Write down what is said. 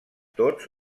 tots